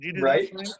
Right